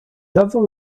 dadzą